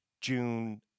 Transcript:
June